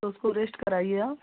तो उसको रेस्ट कराइए आप